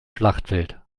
schlachtfeld